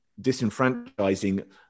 disenfranchising